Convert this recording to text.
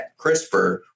CRISPR